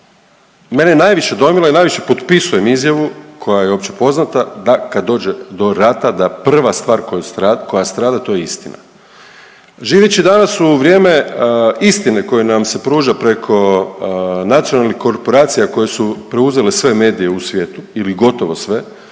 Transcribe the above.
mene je najviše dojmilo i najviše potpisujem izjavu koja je općepoznata da kad dođe do rata, da prva stvar koja strada, to je istina. Živeći danas u vrijeme istine koja nam se pruža preko nacionalnih korporacija koje su preuzele sve medije u svijetu ili gotovo sve,